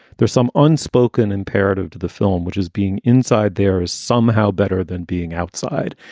there's some unspoken imperative to the film which is being inside there is somehow better than being outside,